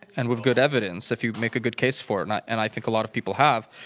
and with good evidence if you make a good case for it, and i think a lot of people have,